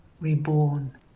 reborn